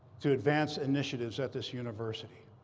to advance initiatives at this university.